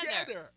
together